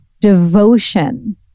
devotion